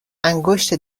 انگشت